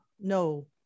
no